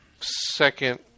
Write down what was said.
second